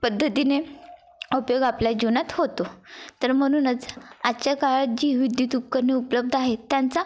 पद्धतीने उपयोग आपल्या जीवनात होतो तर म्हणूनच आजच्या काळात जी विद्युत उपकरणे उपलब्ध आहेत त्यांचा